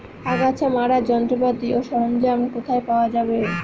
আগাছা মারার যন্ত্রপাতি ও সরঞ্জাম কোথায় পাওয়া যাবে?